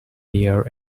near